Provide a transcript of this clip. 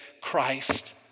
Christ